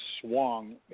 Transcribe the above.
swung